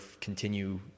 continue